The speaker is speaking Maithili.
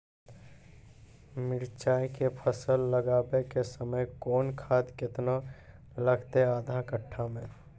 मिरचाय के फसल लगाबै के समय कौन खाद केतना लागतै आधा कट्ठा मे?